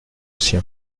sien